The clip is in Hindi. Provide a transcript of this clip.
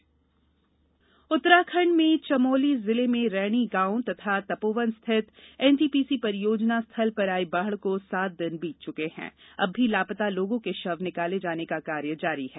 उतराखंड अपडेट उत्तराखंड में चमौली जिले में रैणी गांव तथा तपोवन स्थित एन टी पी सी परियोजना स्थलल पर आई बाढ को सात दिन बीत चुके हैं अब भी लापता लोगों के शव निकाले जाने का कार्य जारी है